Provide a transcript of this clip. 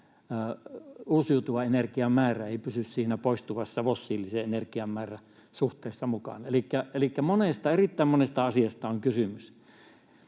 meidän uusiutuvan energian määrä ei pysy siinä poistuvassa fossiilisen energian määrän suhteessa mukana, elikkä erittäin monesta asiasta on kysymys.